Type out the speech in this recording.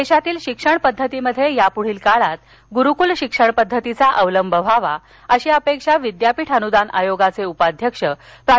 देशातील शिक्षण पद्धतीमध्ये यापुढील काळात गुरूकल शिक्षण पद्धतीचा अवलंब व्हावा अशी अपेक्षा विद्यापीठ अनुदान आयोगाचे उपाध्यक्ष प्रा